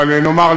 אבל נאמר,